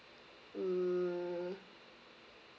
mm